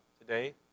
today